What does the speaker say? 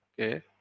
Okay